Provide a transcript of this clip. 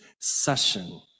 session